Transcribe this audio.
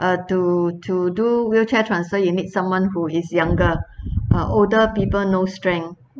err to to do wheelchair transfer you need someone who is younger uh older people no strength